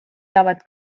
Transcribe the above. saavad